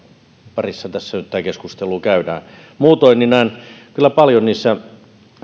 parissa nyt tätä keskustelua käydään on terveenä muutoin näen kyllä paljon niissä